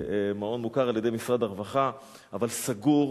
מעון מוכר על-ידי משרד הרווחה, אבל סגור.